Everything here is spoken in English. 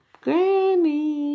Granny